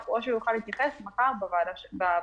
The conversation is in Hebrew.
או שהוא יוכל להתייחס מחר בוועדה שנקבעה.